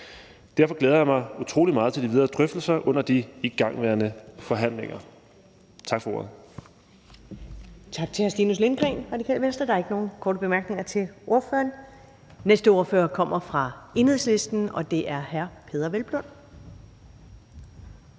Derfor glæder jeg mig utrolig meget til de videre drøftelser under de igangværende forhandlinger. Tak for ordet.